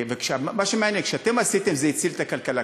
מה שמעניין: כשאתם עשיתם זה הציל את הכלכלה,